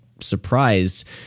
surprised